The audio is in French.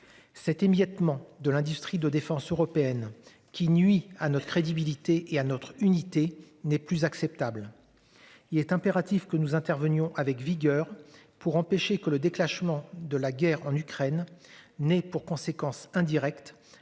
Cet émiettement de l'industrie de défense européenne qui nui à notre crédibilité et à notre unité n'est plus acceptable. Il est impératif que nous intervenions avec vigueur pour empêcher que le déclenchement de la guerre en Ukraine n'ait pour conséquence indirecte